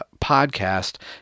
podcast